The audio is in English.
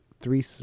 three